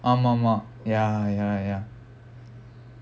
ஆமா ஆமா:aamaa aamaa ya ya ya